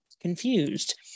Confused